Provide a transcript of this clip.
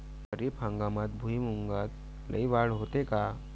खरीप हंगामात भुईमूगात लई वाढ होते का?